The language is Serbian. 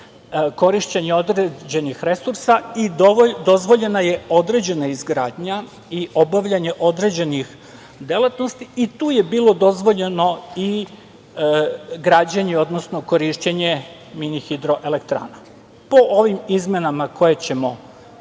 korišćenje određenih resursa i dozvoljena je određena izgradnja i obavljanje određenih delatnosti i tu je bilo dozvoljeno i građenje, odnosno korišćenje mini hidroelektrana. Po ovim izmenama koje ćemo,